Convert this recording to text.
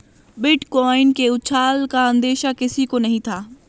bitcoin के उछाल का अंदेशा किसी को नही था